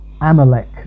Amalek